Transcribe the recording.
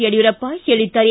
ಯಡಿಯೂರಪ್ಪ ಹೇಳಿದ್ದಾರೆ